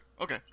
okay